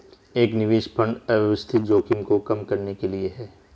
एक निवेश फंड अव्यवस्थित जोखिम को कम करने के लिए है